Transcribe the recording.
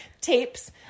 tapes